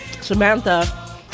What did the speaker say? Samantha